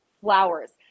Flowers